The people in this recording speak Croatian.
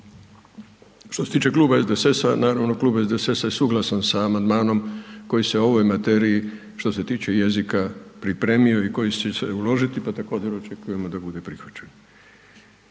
što se tiče kluba SDSS-a naravno da je klub SDSS-a suglasan sa amandmanom koji se o ovoj materiji što se tiče jezika pripremio i koji će se uložiti pa također očekujemo da bude prihvaćen.